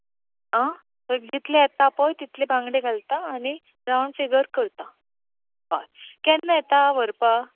आं जितले येता पळय तितले बांगडे घालतां आनी राउंड फिगर करतां हय केन्ना येता व्हरपा